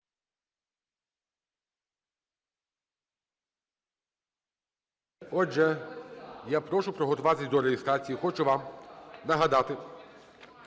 Отже, я прошу приготуватися до реєстрації. Хочу вам нагадати,